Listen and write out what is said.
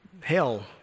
hell